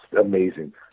amazing